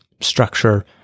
structure